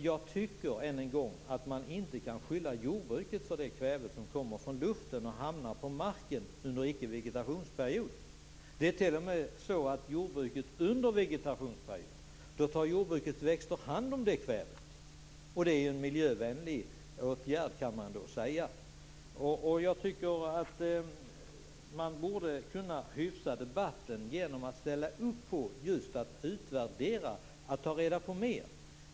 Jag tycker än en gång inte att man kan skylla jordbruket för det kväve som kommer från luften och hamnar på marken under ickevegetationsperiod. Det är t.o.m. så, att jordbrukets växter under vegetationsperiod tar hand om det kvävet. Det är en miljövänlig åtgärd, kan man säga. Jag tycker att man borde kunna hyfsa debatten genom att ställa upp på just att utvärdera och ta reda på mer.